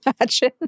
imagine